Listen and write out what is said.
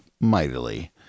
mightily